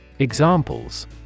Examples